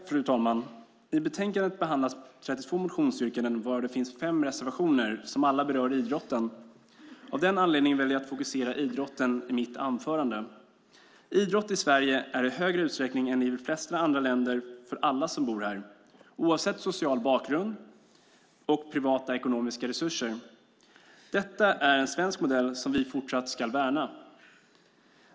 Fru talman! I betänkandet behandlas 32 motionsyrkanden, och det finns 5 reservationer som alla berör idrotten. Av den anledningen väljer jag att fokusera på idrotten i mitt anförande. Idrott i Sverige är i högre utsträckning än i de flesta andra länder till för alla som bor här oavsett social bakgrund och privata ekonomiska resurser. Detta är en svensk modell som vi fortsatt ska värna.